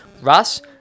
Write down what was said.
Russ